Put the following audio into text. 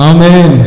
Amen